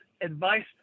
advice